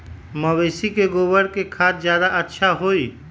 मवेसी के गोबर के खाद ज्यादा अच्छा होई?